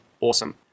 awesome